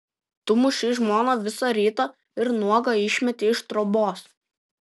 tu mušei žmoną visą rytą ir nuogą išmetei iš trobos